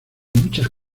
muchas